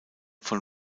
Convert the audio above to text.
von